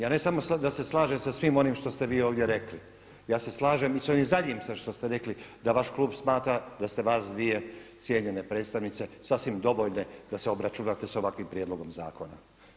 Ja ne samo da se slažem sa svim onim što ste vi ovdje rekli, ja se slažem i s ovim zadnjim sad što ste rekli da vaš klub smatra da ste vas dvije cijenjene predstavnice sasvim dovoljne da se obračunate s ovakvim prijedlogom zakona.